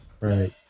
Right